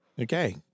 okay